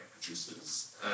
producers